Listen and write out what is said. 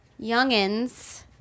youngins